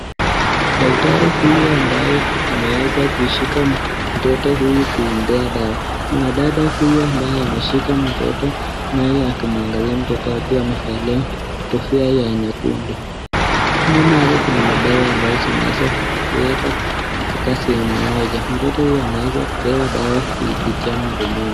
Dakitari huyu ambaye ameweza kuishika mtoto huyu kumpea dawa. Mwanadada huyu ambaye ameshika mtoto naye akimwangalia mtoto wake amevalia kofia ya nyekundu. Nyuma yake kuna madawa ambazo zimeweza kuwekwa katika sehemu moja , mtoto huyu ameweza kupewa dawa kuipitia mdomoni.